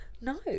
No